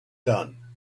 done